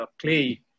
clay